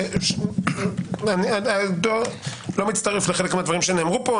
אני לא מצטרף לחלק מהדברים שנאמרו פה,